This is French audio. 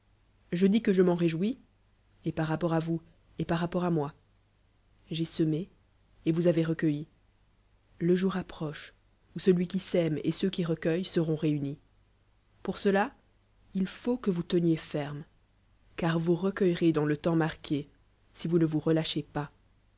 je dis lue je m'en réjouis et par rapport la voas et par rapport à moi j'ai semé etvoneavez rccucilli le jour approche où celui ei sème et ceux qui recuement réunis pour cela il faut que vous teniez ferme car vous recueillerez dans le temps marqué si vous lie vous relâchez pas